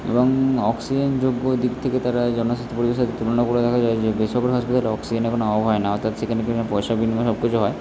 এবং অক্সিজেন যোগ্য দিক থেকে তারা এই জনস্বাস্থ্য পরিবেশে তুলনা করলে দেখা যায় যে বেসরকারি হাসপাতালে অক্সিজেনের কোনো অভাব হয় না অর্থাৎ সেখানে বিভিন্ন পয়সার বিনিময়ে সব কিছু হয়